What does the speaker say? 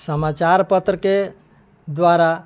समाचारपत्रके द्वारा